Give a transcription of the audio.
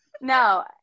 No